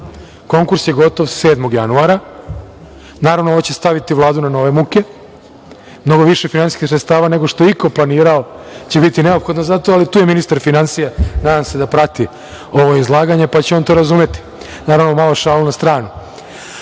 Konkurs je gotov 7. januara, naravno ovo će staviti Vladu na nove muke, mnogo više finansijskih sredstava, nego što je iko planirao će biti neophodno za to, ali tu je ministar finansija, nadam se da prati ovo izlaganje pa će on to razumeti. Naravno, šalu na stranu,